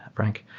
frank.